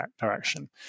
direction